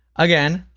again,